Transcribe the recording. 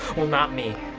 well, not me.